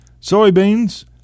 Soybeans